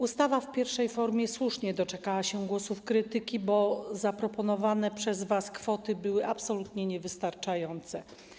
Ustawa w pierwszej formie słusznie doczekała się głosów krytyki, bo zaproponowane przez was kwoty były absolutnie niewystarczające.